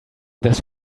this